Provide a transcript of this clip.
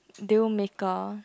dealmaker